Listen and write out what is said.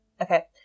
Okay